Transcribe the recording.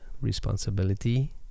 responsibility